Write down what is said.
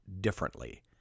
differently